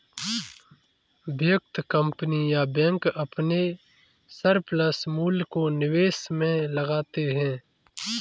व्यक्ति, कंपनी या बैंक अपने सरप्लस मूल्य को निवेश में लगाते हैं